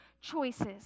choices